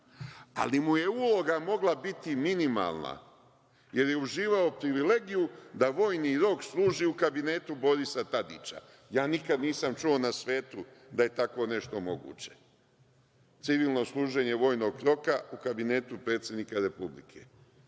ali mu je uloga mogla biti minimalna, jer je uživao privilegiju da vojni rok služi u kabinetu Borisa Tadića. Ja nikad nisam čuo na svetu da je tako nešto moguće, civilno služenje vojnog roka u kabinetu predsednika Republike.